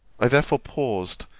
i therefore paused,